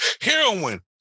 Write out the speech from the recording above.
heroin